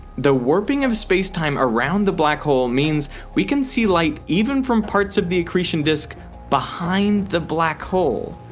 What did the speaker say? the warping of space-time around the black hole means we can see light even from parts of the accretion disk behind the black hole.